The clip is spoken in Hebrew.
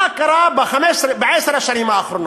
מה קרה בעשר השנים האחרונות?